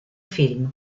film